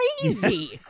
crazy